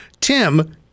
Tim